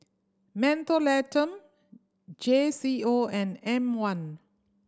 Mentholatum J C O and M One